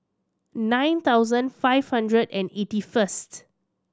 nine thousand five hundred and eighty first